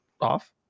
off